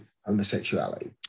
homosexuality